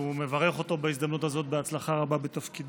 ומברך אותו בהזדמנות הזאת בהצלחה רבה בתפקידו.